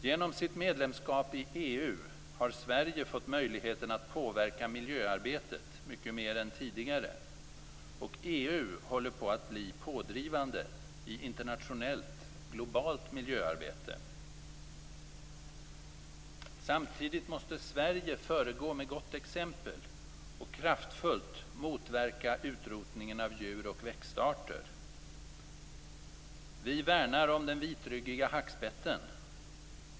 Genom sitt medlemskap i EU har Sverige fått möjligheten att påverka miljöarbetet mycket mer än tidigare, och EU håller på att bli pådrivande i internationellt globalt miljöarbete. Samtidigt måste Sverige föregå med gott exempel och kraftfullt motverka utrotningen av djur och växtarter. Vi värnar om den vitryggiga hackspetten.